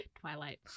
Twilight